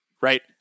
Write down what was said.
Right